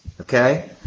okay